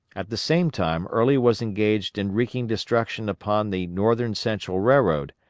at the same time early was engaged in wreaking destruction upon the northern central railroad,